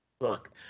Look